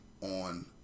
on